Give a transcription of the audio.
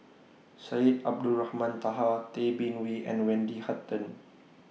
Syed Abdulrahman Taha Tay Bin Wee and Wendy Hutton